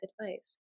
advice